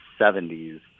70s